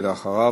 ואחריו,